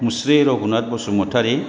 मुश्री Raghunath Basumatary